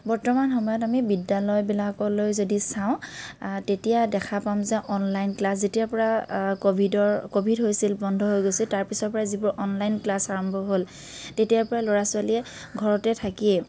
বৰ্তমান সময়ত আমি বিদ্যালয়বিলাকলৈ যদি চাওঁ তেতিয়া দেখা পাম যে অনলাইন ক্লাচ যেতিয়াৰ পৰা ক'ভিডৰ ক'ভিড হৈছিল বন্ধ হৈ গৈছিল তাৰ পিছৰ পৰাই যিবোৰ অনলাইন ক্লাচ আৰম্ভ হ'ল তেতিয়াৰ পৰাই ল'ৰা ছোৱালীয়ে ঘৰতে থাকিয়ে